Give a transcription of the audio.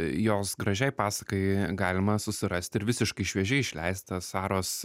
jos gražiai pasakai galima susirasti ir visiškai šviežiai išleistą saros